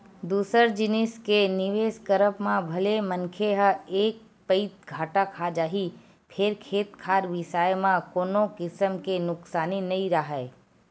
दूसर जिनिस के निवेस करब म भले मनखे ह एक पइत घाटा खा जाही फेर खेत खार बिसाए म कोनो किसम के नुकसानी नइ राहय